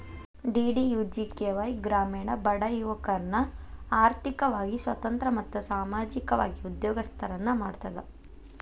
DDUGKY ಗ್ರಾಮೇಣ ಬಡ ಯುವಕರ್ನ ಆರ್ಥಿಕವಾಗಿ ಸ್ವತಂತ್ರ ಮತ್ತು ಸಾಮಾಜಿಕವಾಗಿ ಉದ್ಯೋಗಸ್ತರನ್ನ ಮಾಡ್ತದ